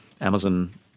Amazon